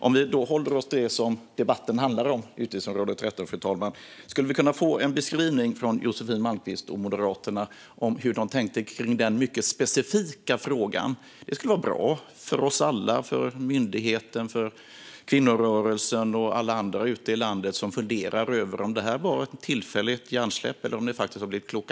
Om vi håller oss till det som debatten handlar om, utgiftsområde 13, skulle vi då kunna få en beskrivning från Josefin Malmqvist och Moderaterna av hur de tänkte gällande den mycket specifika frågan? Det skulle vara bra för oss alla att veta - för myndigheten, för kvinnorörelsen och för alla andra i landet som funderar över om det här var ett tillfälligt hjärnsläpp eller om ni faktiskt har blivit kloka.